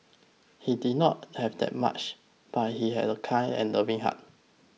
he did not have that much but he had a kind and loving heart